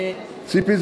ציפי,